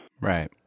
Right